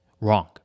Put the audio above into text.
Wrong